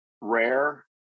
rare